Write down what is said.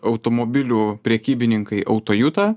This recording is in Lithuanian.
automobilių prekybininkai autojuta